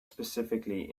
specifically